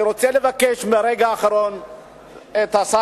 אני רוצה לבקש ברגע האחרון מהשר,